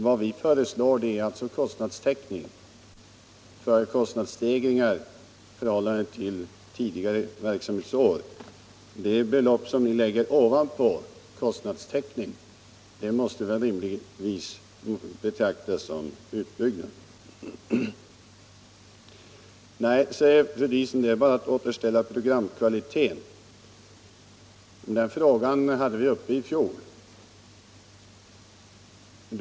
Vad vi föreslår är täckning för kostnadsstegringar i förhållande till tidigare verksamhetsår. Det belopp som ni lägger ovanpå kostnadstäckningen måste väl rimligtvis betraktas som pengar för en utbyggd verksamhet. Nej, säger fru Diesen, det är bara pengar för att återställa programkvaliteten. Den frågan hade vi uppe till behandling i fjol.